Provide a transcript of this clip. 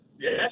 Yes